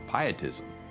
pietism